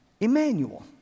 Emmanuel